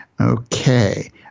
Okay